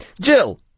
Jill